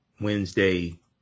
Wednesday